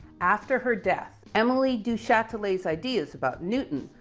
after her death, emilie du chatelet's ideas about newton,